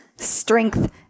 Strength